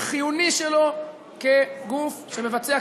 וחיוני שלו כגוף שמבצע,